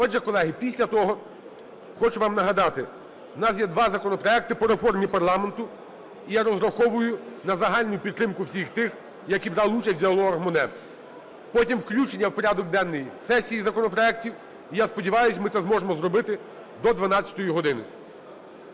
Отже, колеги, після того, хочу вам нагадати, в нас є 2 законопроекти по реформі парламенту. Я розраховую на загальну підтримку всіх тих, які брали участь в "Діалогах Моне". Потім включення в порядок денний законопроектів, і я сподіваюсь, ми це зможемо зробити до 12 години.